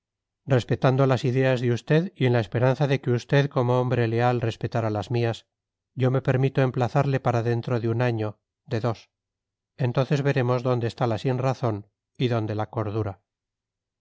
respetando las ideas de usted y en la esperanza de que usted como hombre leal respetará las mías yo me permito emplazarle para dentro de un año de dos entonces veremos dónde está la sinrazón y dónde la cordura